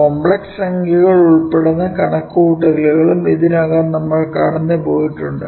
complex സംഖ്യകൾ ഉൾപ്പെടുന്ന കണക്കുകൂട്ടലുകൾ ഇതിനകം നമ്മൾ കടന്നു പോയിട്ടുണ്ട്